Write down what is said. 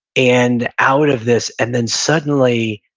and out of this, and then suddenly,